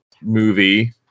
movie